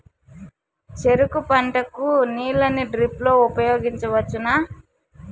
చెరుకు పంట కు నీళ్ళని డ్రిప్ లో ఉపయోగించువచ్చునా?